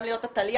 גם להיות התליין,